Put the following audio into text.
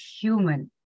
human